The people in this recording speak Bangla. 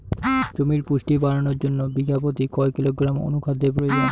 জমির পুষ্টি বাড়ানোর জন্য বিঘা প্রতি কয় কিলোগ্রাম অণু খাদ্যের প্রয়োজন?